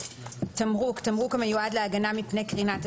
"תמרוק" תמרוק המיועד להגנה מפני קרינת השמש.